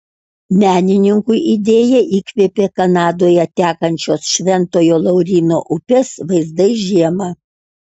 menininkui idėją įkvėpė kanadoje tekančios šventojo lauryno upės vaizdai žiemą